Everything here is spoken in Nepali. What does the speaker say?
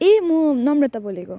ए म नम्रता बोलेको